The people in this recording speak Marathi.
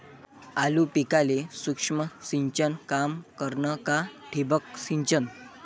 आलू पिकाले सूक्ष्म सिंचन काम करन का ठिबक सिंचन?